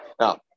Now